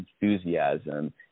enthusiasm